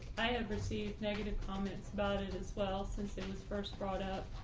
i have received negative comments about it as well since it was first brought up.